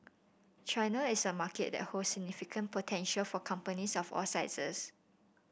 China is a market that holds significant potential for companies of all sizes